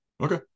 Okay